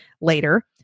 Later